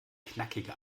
knackige